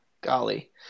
golly